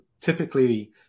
typically